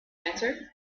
answered